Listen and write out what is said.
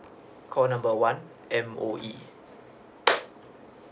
call number one M_O_E